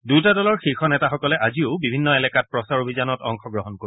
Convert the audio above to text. দূয়োটা দলৰ শীৰ্ষ নেতাসকলে আজিও বিভিন্ন এলেকাত প্ৰচাৰ অভিযানত অংশগ্ৰহণ কৰিব